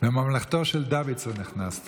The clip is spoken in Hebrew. נכנסת לממלכתו של דוידסון.